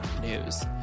News